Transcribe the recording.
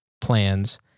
plans